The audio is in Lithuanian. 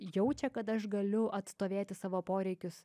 jaučia kad aš galiu atstovėti savo poreikius